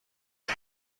این